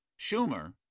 Schumer